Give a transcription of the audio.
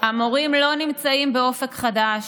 המורים לא נמצאים באופק חדש,